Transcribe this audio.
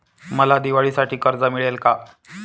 मला दिवाळीसाठी कर्ज मिळेल का?